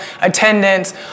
attendance